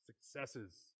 successes